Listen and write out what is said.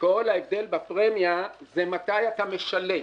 כל ההבדל בפרמיה הוא מתי אתה משלם.